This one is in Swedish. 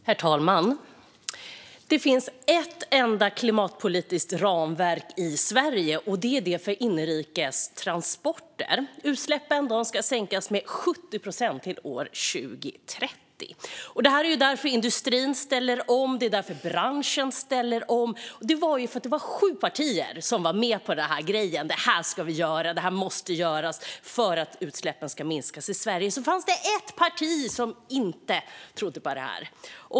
Herr talman! Det finns ett enda klimatpolitiskt ramverk i Sverige, och det är det för inrikestransporter. Utsläppen ska sänkas med 70 procent till år 2030. Det är därför industrin ställer om. Det är därför branschen ställer om. Det var sju partier som var med på den här grejen - det här ska vi göra; det här måste göras för att utsläppen ska minska i Sverige! Och det var ett parti som inte trodde på det här.